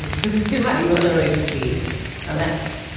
because it's too much. you would literally just be a mess.